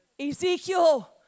Ezekiel